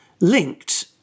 linked